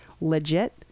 Legit